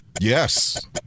Yes